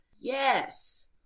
Yes